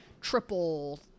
triple